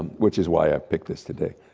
which is why i've picked this today.